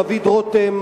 דוד רותם,